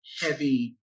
heavy